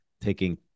taking